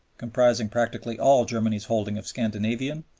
comprising practically all germany's holding of scandinavian,